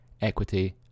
equity